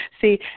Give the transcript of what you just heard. See